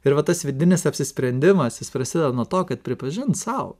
ir va tas vidinis apsisprendimas jis prasideda nuo to kad pripažint sau